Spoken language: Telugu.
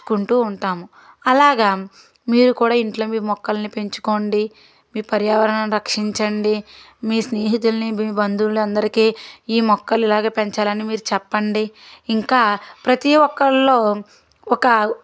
చూసుకుంటూ ఉంటాము అలాగా మీరు కూడా ఇంట్లో మీ మొక్కలని పెంచుకోండి మీ పర్యావరణం రక్షించండి మీ స్నేహితులని మీ బంధువులు అందరికీ ఈ మొక్కలు ఇలాగే పెంచాలని మీరు చెప్పండి ఇంకా ప్రతీ ఒక్కరిలో ఒక